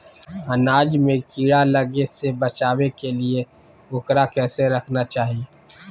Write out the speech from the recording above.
अनाज में कीड़ा लगे से बचावे के लिए, उकरा कैसे रखना चाही?